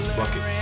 bucket